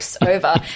over